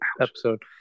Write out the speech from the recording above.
episode